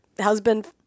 husband